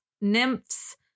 nymphs